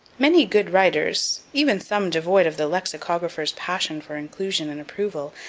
many good writers, even some devoid of the lexicographers' passion for inclusion and approval,